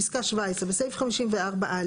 (17) בסעיף 54א